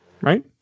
Right